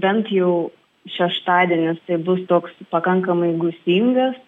bent jau šeštadienis bus toks pakankamai gūsingas